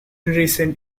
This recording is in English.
recent